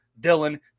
Dylan